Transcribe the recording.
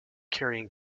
carrying